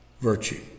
virtue